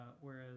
whereas